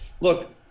Look